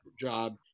job